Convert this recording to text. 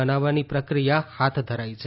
બનાવવાની પ્રક્રિયા હાથ ધરાઇ છે